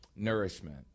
nourishment